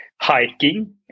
Hiking